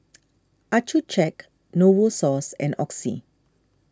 Accucheck Novosource and Oxy